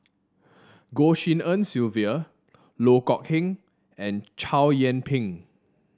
Goh Tshin En Sylvia Loh Kok Heng and Chow Yian Ping